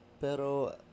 Pero